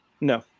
No